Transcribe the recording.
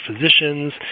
physicians